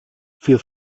für